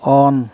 on